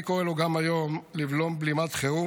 אני קורא לו גם היום לבלום בלימת חירום